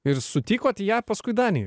ir sutikot ją paskui danijoj